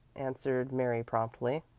answered mary promptly.